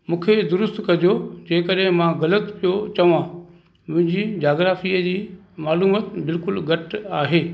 मूंखे दुरुस्त कजो जेकरे मां ग़लति पियो चवां मुंहिंजी जाग्राफ़ीअ जी मालूमाति बिल्कुलु घटि आहे